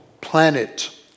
planet